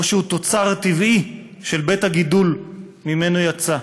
או שהוא תוצר טבעי של בית-הגידול שממנו יצא?